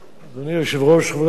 אדוני היושב-ראש, חברי הכנסת,